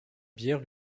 bière